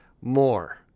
more